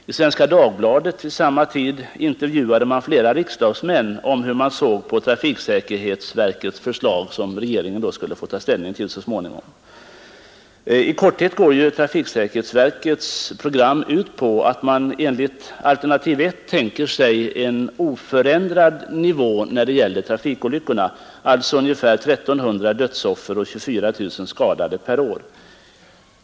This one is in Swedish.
I Svenska Dagbladet intervjuades vid samma tid flera riksdagsmän om hur de såg på de förslag som trafiksäkerhetsverket ämnade förelägga regeringen. I korthet går trafiksäkerhetsverkets program ut på att man enligt alternativ 1 tänker sig en oförändrad nivå när det gäller trafikolyckorna, alltså med ungefär 1 300 dödsoffer och 24 000 skadade per år.